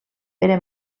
pere